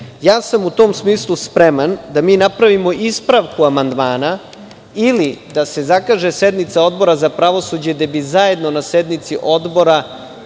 sam u tom smislu spreman da mi napravimo ispravku amandmana ili da se zakaže sednica Odbora za pravosuđe, gde bi zajedno na sednici odbora